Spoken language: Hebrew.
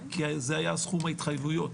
כי זה היה סכום ההתחייבויות.